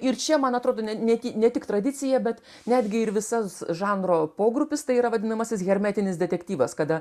ir čia man atrodo ne ti ne tik tradicija bet netgi ir visas žanro pogrupis tai yra vadinamasis hermetinis detektyvas kada